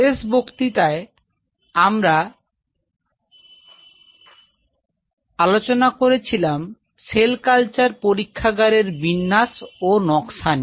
শেষ বক্তৃতায় আমরা আলোচনা করেছিলাম সেল কালচার পরীক্ষাগারের বিন্যাস এবং নকশা নিয়ে